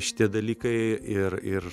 šitie dalykai ir ir